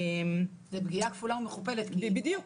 זו פגיעה כפולה ומכופלת --- בדיוק.